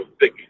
thick